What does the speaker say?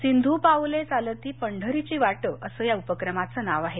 सिंधू पाऊले चालती पंढरीची वाट असं या उपक्रमाचं नाव आहे